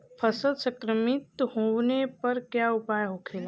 फसल संक्रमित होने पर क्या उपाय होखेला?